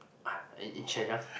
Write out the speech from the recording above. but in in Shenyang